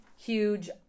huge